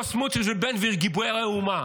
לא סמוטריץ' ובן גביר גיבורי האומה.